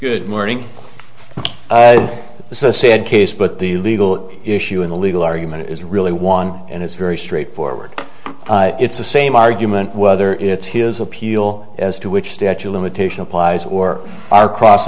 good morning this is a sad case but the legal issue in the legal argument is really one and it's very straightforward it's the same argument whether it's his appeal as to which statue limitation applies or our cross